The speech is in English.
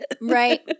Right